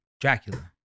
Dracula